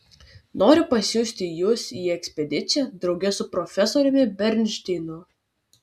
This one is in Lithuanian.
noriu pasiųsti jus į ekspediciją drauge su profesoriumi bernšteinu